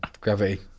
Gravity